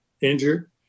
injured